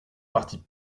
partie